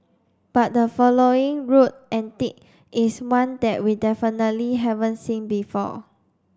but the following road antic is one that we definitely haven't seen before